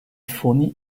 fournit